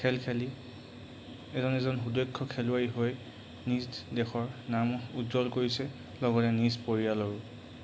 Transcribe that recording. খেল খেলি এজন এজন সুদক্ষ খেলুৱৈ হৈ নিজ দেশৰ নাম উজ্জ্বল কৰিছে লগতে নিজ পৰিয়ালৰো